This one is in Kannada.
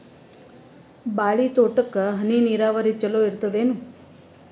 ಬಾಳಿ ತೋಟಕ್ಕ ಹನಿ ನೀರಾವರಿ ಚಲೋ ಇರತದೇನು?